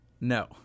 no